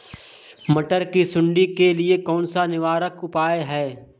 मटर की सुंडी के लिए कौन सा निवारक उपाय है?